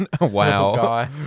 Wow